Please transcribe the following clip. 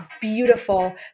beautiful